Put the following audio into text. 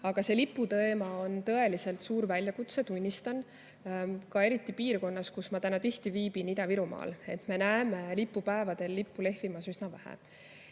Aga see liputeema on tõeliselt suur väljakutse, tunnistan, eriti piirkonnas, kus ma tihti viibin, Ida-Virumaal. Me näeme lipupäevadel lippe lehvimas üsna vähe.